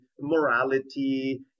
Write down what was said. morality